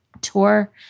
tour